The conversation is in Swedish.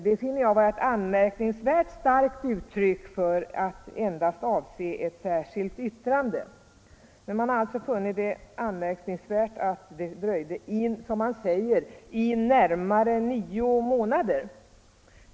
Det finner jag vara ett anmärkningsvärt starkt uttryck för att endast föranleda ett särskilt yttrande. Man konstaterar att riksbanksfullmäktige saknat ordinarie ordförande i närmare nio månader.